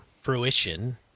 fruition